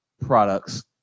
products